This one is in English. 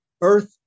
Earth